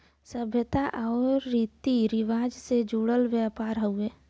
सभ्यता आउर रीती रिवाज से जुड़ल व्यापार हउवे